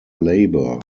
labour